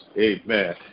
Amen